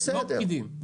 לא פקידים.